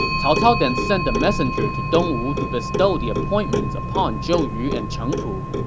cao cao then sent a messenger to dongwu to bestow the appointments upon zhou yu and cheng pu.